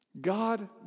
God